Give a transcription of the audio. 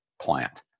plant